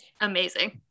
amazing